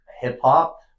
hip-hop